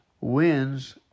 wins